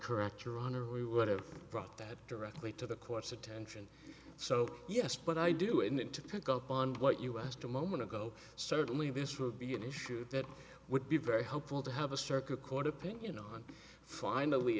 correct your honor we would have brought that directly to the court's attention so yes but i do intend to pick up on what you were asked a moment ago certainly this would be an issue that would be very hopeful to have a circuit court opinion on finally